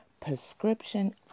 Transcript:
prescription